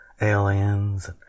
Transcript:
aliens